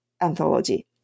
anthology